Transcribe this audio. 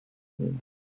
خون